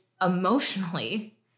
emotionally